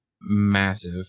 massive